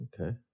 okay